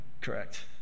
Correct